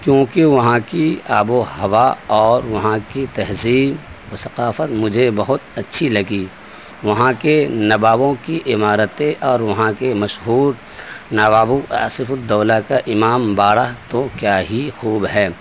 کیونکہ وہاں کی آب و ہوا اور وہاں کی تہذیب و ثقافت مجھے بہت اچھی لگی وہاں کے نوابوں کی عمارتیں اور وہاں کے مشہور نوابوں آصف الدولہ کا امام باڑہ تو کیا ہی خوب ہے